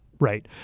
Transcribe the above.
Right